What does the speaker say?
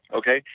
okay?